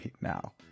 now